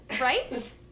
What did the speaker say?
Right